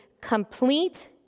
complete